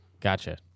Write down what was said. Gotcha